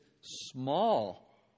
small